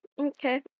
okay